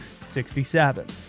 67